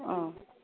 अ